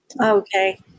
Okay